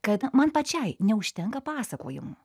kad man pačiai neužtenka pasakojimų